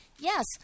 Yes